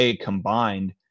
combined